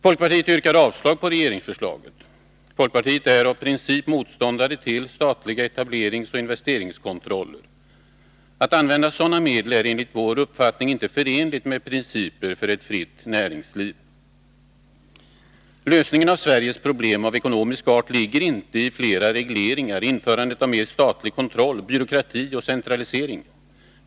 Folkpartiet yrkar avslag på regeringsförslaget. Folkpartiet är av princip motståndare till statliga etableringsoch investeringskontroller. Att använda sådana medel är enligt vår uppfattning inte förenligt med principerna för ett fritt näringsliv. Lösningen av Sveriges problem av ekonomisk art ligger inte i flera regleringar, införandet av mer statlig kontroll, byråkrati och centralisering.